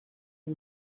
est